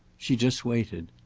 she just waited.